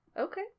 okay